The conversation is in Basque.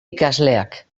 ikasleak